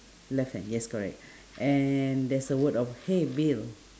left hand yes correct and there's a word of hey bill